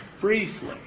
Briefly